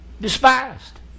Despised